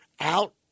out